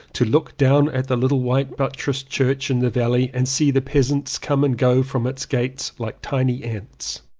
to look down at the little white buttressed church in the valley and see the peasants come and go from its gates like tiny ants.